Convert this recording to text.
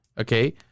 okay